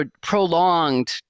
prolonged